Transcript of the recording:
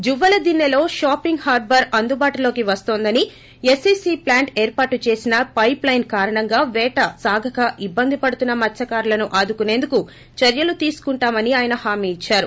జువ్వలదిస్తేలో shopping harbour అందుబాటులోకి వస్తోందని SPC plant ఏర్పాటు చేసిన పైపులైను కారణంగా పేట సాగక ఇబ్బందిపడుతున్న మత్పతారులను ఆదుకుసేందుకు చర్యలు తీసుకుంటామని ఆయన హామీ ఇచ్చారు